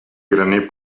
graner